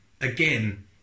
again